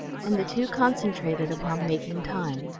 and the two concentrated upon making time.